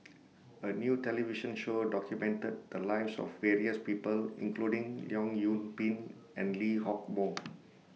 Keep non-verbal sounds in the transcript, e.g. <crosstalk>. A New television Show documented The Lives of various People including Leong Yoon Pin and Lee Hock Moh <noise>